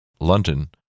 London